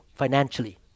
financially